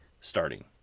starting